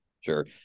Sure